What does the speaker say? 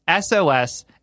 SOS